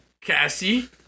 Cassie